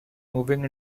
moving